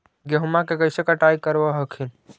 गेहुमा कैसे कटाई करब हखिन?